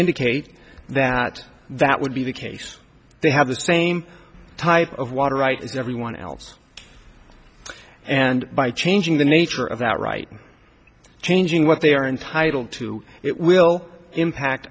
indicate that that would be the case they have the same type of water rights as everyone else and by changing the nature of that right changing what they are entitled to it will impact